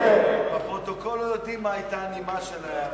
דע לך שבפרוטוקול לא יודעים מה היתה הנימה של ההערה.